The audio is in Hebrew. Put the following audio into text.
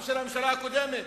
גם של הממשלה הקודמת,